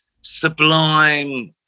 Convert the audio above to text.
sublime